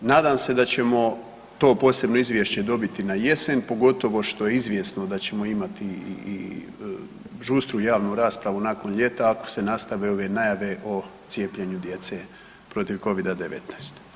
Nadam se da ćemo to posebno izvješće dobiti na jesen, pogotovo što je izvjesno da ćemo imati i žustru javnu raspravu nakon ljeta ako se nastave ove najave o cijepljenju djece protiv covida-19.